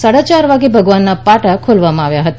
સાડા યાર વાગે ભગવાનના પાટા ખોલવામાં આવ્યા હતા